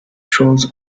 shows